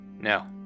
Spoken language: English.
No